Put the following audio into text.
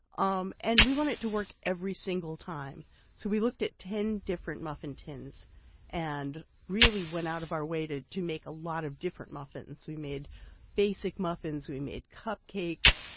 um and we want it to work every single time so we looked at ten different muffin tins and went out of our way to to make a lot of different muffins. we made basic muffins. we made cupcakes.